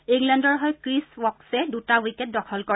ইংলেণ্ডৰ হৈ ক্ৰীছ ৱক'ছে দুটা উইকেট দখল কৰে